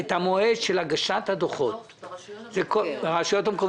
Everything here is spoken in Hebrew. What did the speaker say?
את המועד של הגשת הדוחות הרשויות המקומיות,